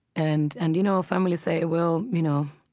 and and, you know, ah families say, well, you know